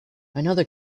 another